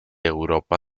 europa